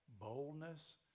boldness